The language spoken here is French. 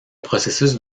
processus